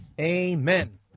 Amen